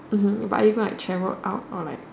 oh no but are you going to like travel out or like